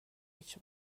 هیچ